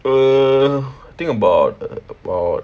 err think about a~ about